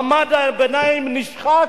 מעמד הביניים נשחק,